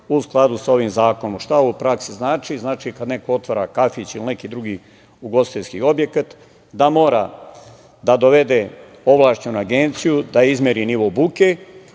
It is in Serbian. u skladu sa ovim zakonom. Šta ovo u praksi znači? Znači, kada neko otvara kafić, ili ugostiteljski objekat, da mora da dovede ovlašćenu agenciju, da izmeri nivo buke